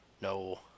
No